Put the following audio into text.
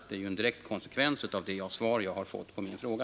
Detta är ju en direkt konsekvens av det svar som jag har fått på min fråga.